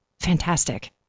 fantastic